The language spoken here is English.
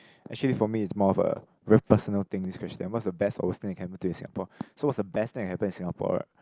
actually for me is more of a very personal thing this question what's the best or worst thing that can happen to you in Singapore so what's the best thing that can happen in Singapore